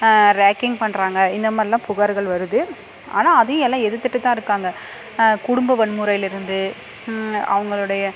ragging பண்ணுறாங்க இந்தமாதிரிலாம் புகார்கள் வருது ஆனால் அதையும் எல்லாம் எதிர்த்துகிட்டு தான் இருக்காங்க குடும்ப வன்முறையிலேருந்து அவங்களுடைய